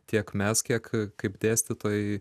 tiek mes kiek kaip dėstytojai